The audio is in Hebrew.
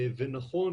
נכון,